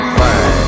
fine